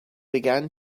began